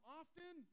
often